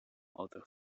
outer